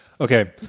Okay